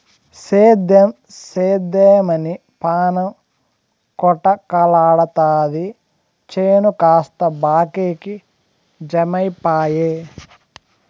సేద్దెం సేద్దెమని పాణం కొటకలాడతాది చేను కాస్త బాకీకి జమైపాయె